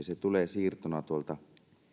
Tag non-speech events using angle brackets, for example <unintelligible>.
<unintelligible> se tulee siirtona tuolta